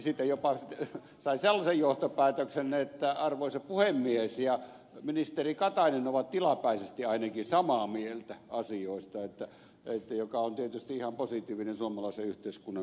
siitä jopa sai sellaisen johtopäätöksen että arvoisa puhemies ja ministeri katainen ovat tilapäisesti ainakin samaa mieltä asioista mikä on tietysti ihan positiivista suomalaisen yhteiskunnan kannalta